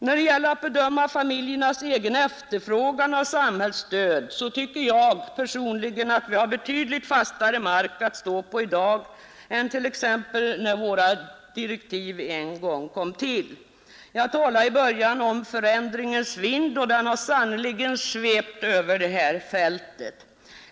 Då det gäller att bedöma familjernas egen efterfrågan på samhällsstöd tycker jag personligen att vi i dag har betydligt fastare mark att stå på än vi hade t.ex. när våra direktiv en gång kom till. Jag talade i början av anförandet om förändringens vind. Den har sannerligen svept över det här fältet.